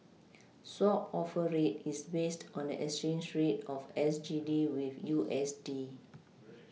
swap offer rate is based on the exchange rate of S G D with U S D